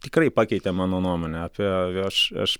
tikrai pakeitė mano nuomonę apie aš aš